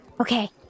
Okay